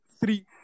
three